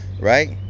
right